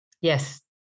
Yes